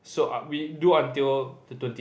so are we do until the twenty